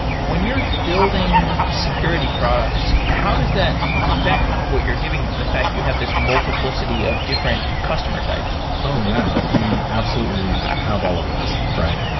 when you're building security products, how does that affect what you're giving them, the fact you have this multiplicity of different customer types? oh, yeah. we absolutely have all of those, right?